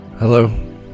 Hello